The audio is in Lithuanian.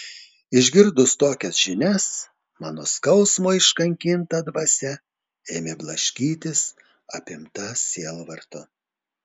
išgirdus tokias žinias mano skausmo iškankinta dvasia ėmė blaškytis apimta sielvarto